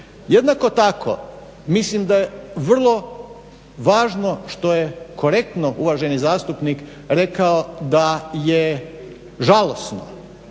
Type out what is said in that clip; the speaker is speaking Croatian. Jednako tako mislim da je vrlo važno što je korektno uvaženi zastupnik rekao da je žalosno